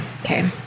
Okay